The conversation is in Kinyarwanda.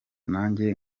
nanjye